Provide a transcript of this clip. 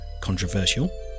Controversial